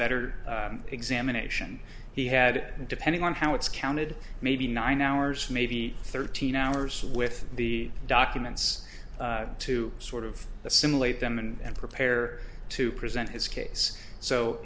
better examination he had depending on how it's counted maybe nine hours maybe thirteen hours with the documents to sort of the similate them and prepare to present his case so